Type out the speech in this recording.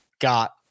got